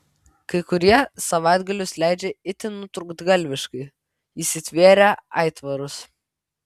kai kurie savaitgalius leidžia itin nutrūktgalviškai įsitvėrę aitvarus